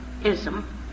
ism